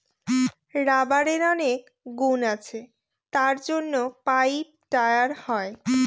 রাবারের অনেক গুণ আছে তার জন্য পাইপ, টায়ার হয়